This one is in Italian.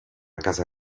casa